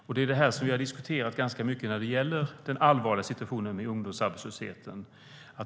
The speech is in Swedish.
Detta har vi diskuterat ganska mycket när det gäller den allvarliga situationen med ungdomsarbetslösheten.